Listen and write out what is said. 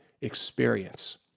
experience